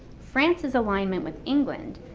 france's alignment with england,